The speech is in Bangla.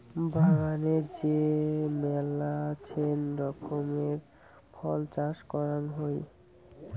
বাগানে যে মেলাছেন রকমের ফল চাষ করাং হই